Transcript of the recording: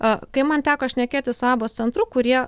a kai man teko šnekėti su abos centru kurie